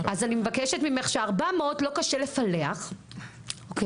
אז אני מבקשת ממך ש-400 לא קשה לפלח, אוקיי?